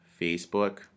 Facebook